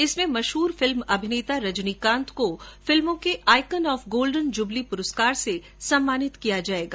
इसमें मशहूर फिल्म अभिनेता रजनीकांत को फिल्मों के आइकॉन ऑफ गोल्डन जुबली पुरस्कार से सम्मानित किया जाएगा